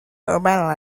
urban